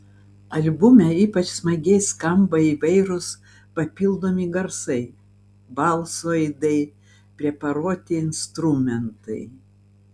albume ypač smagiai skamba įvairūs papildomi garsai balso aidai preparuoti instrumentai